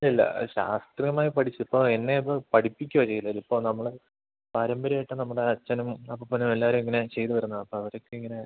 ഇല്ല ശാസ്ത്രീയമായി പഠിച്ചു ഇപ്പം എന്നെ അത് പഠിപ്പിക്കുകയാണ് ചെയ്തത് ഇപ്പം നമ്മൾ പാരമ്പര്യമായിട്ട് നമ്മുടെ അച്ഛനും അപ്പൂപ്പനും എല്ലാവരും ഇങ്ങനെ ചെയ്തു വരുന്നതാണ് അപ്പം അവർക്ക് ഇങ്ങനെ